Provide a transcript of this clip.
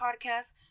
podcast